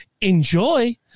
Enjoy